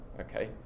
okay